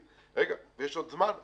------ רגע , יש עוד זמן.